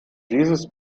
dieses